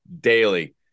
daily